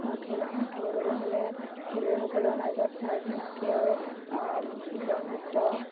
খেল এখন খেলিবলৈ হ'লে খেলুৱৈসকলৰ মাজত চা চিনাকি আৰু বন্ধুত্ব